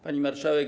Pani Marszałek!